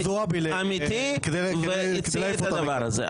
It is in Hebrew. זועבי ----- אמיתי והציע את הדבר הזה.